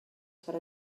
per